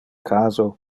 caso